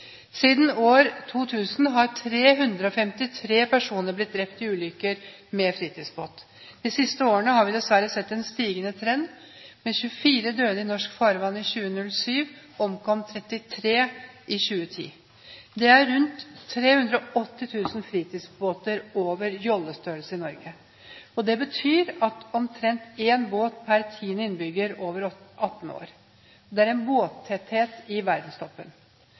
Siden år 2000 har 353 personer blitt drept i ulykker med fritidsbåt. De siste årene har vi dessverre sett en stigende trend. Mens 24 døde i norsk farvann i 2007, omkom 33 i 2010. Det er rundt 380 000 fritidsbåter over jollestørrelse i Norge. Det betyr at vi har omtrent en båt per tiende innbygger over 18 år. Det er en båttetthet i verdenstoppen.